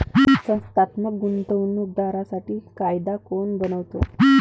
संस्थात्मक गुंतवणूक दारांसाठी कायदा कोण बनवतो?